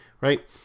Right